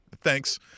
thanks